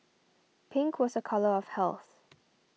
pink was a colour of health